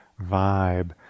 vibe